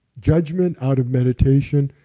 judgment out of meditation,